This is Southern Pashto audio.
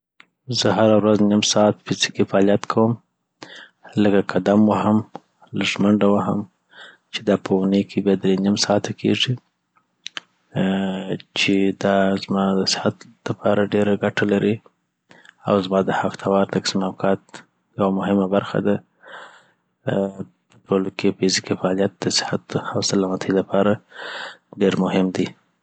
زه هره ورځ نيم ساعت فزیکي فعالیت کوم لکه قدم وهم لږ منډه وهم چي دا په اوني کي بيا دری نیم ساعته کیږي آچي آ دا زما دصحت دپاره ډیره ګټه لري .او زما د هفته وار تقسیم اوقات یوه مهمه برخه ده آ په ټوله کی فزیکی فعالیت دصحت اوسلامتی لپاره ډیر مهم دی